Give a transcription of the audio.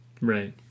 Right